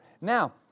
Now